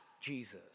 Jesus